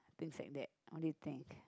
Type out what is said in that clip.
is like that only thing